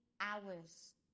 hours